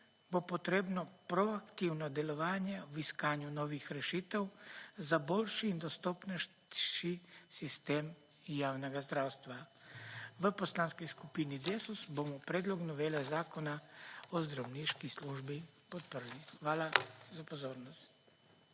bo potrebno proaktivno delovanje v iskanju novih rešitev za boljši in dostopnejši sistem javnega zdravstva. V Poslanski skupini DESUS bomo predlog novele Zakona o zdravniški službi podprli. Hvala za pozornost.